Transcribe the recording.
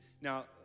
Now